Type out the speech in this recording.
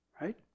right